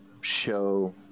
show